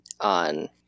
on